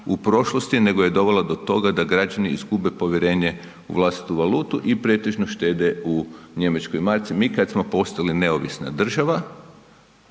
u prošlosti, nego je dovela do toga da građani izgube povjerenje u vlastitu valutu i pretežno štede u njemačkoj marci. Mi kad smo postali neovisna država